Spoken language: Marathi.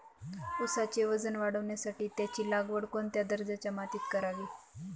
ऊसाचे वजन वाढवण्यासाठी त्याची लागवड कोणत्या दर्जाच्या मातीत करावी?